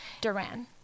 Duran